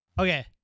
Okay